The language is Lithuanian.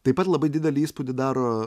taip pat labai didelį įspūdį daro